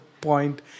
point